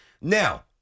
Now